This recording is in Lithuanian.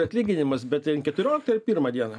atlyginimas bet keturioliktą ir pirmą dieną